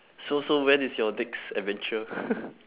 so so when is your next adventure